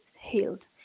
healed